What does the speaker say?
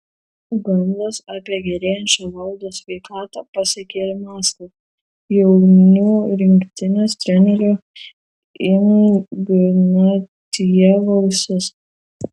gandas apie gerėjančią valdo sveikatą pasiekė ir maskvą jaunių rinktinės trenerio ignatjevo ausis